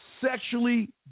sexually